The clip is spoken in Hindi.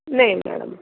नहीं मैडम